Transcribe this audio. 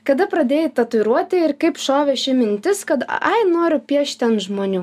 kada pradėjai tatuiruoti ir kaip šovė ši mintis kad a ai noriu piešti ant žmonių